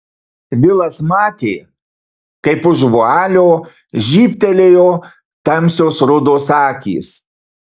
vilas matė kaip už vualio žybtelėjo tamsios rudos akys